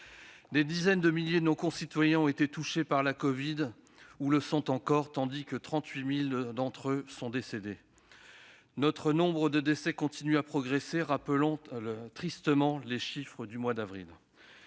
Des dizaines de milliers de nos concitoyens ont été touchés par la covid ou le sont encore ; 38 000 d'entre eux sont morts et le nombre des décès continue de progresser, rappelant tristement les chiffres d'avril